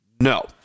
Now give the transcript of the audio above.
No